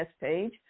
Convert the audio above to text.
page